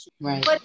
Right